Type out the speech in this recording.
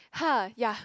!huh! ya